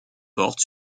porte